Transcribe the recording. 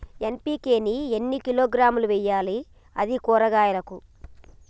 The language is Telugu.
ఎన్.పి.కే ని ఎన్ని కిలోగ్రాములు వెయ్యాలి? అది కూరగాయలకు?